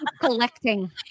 collecting